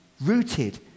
Rooted